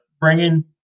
bringing